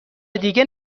دیگه